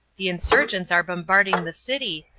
the insurgents are bombarding the city,